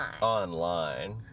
Online